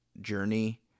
journey